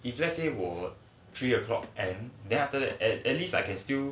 if let's say 我我 three o'clock end then after that at at least I can still